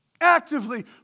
Actively